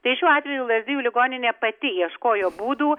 tai šiuo atveju lazdijų ligoninė pati ieškojo būdų